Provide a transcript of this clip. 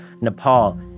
Nepal